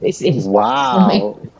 Wow